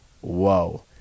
Whoa